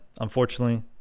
unfortunately